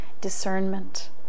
Discernment